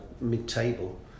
mid-table